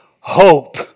hope